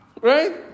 Right